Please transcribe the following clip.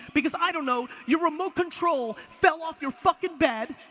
because, i don't know, your remote control fell off your fucking bed.